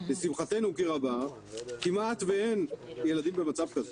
לשמחתנו כי רבה, כמעט ואין ילדים במצב כזה.